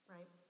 Right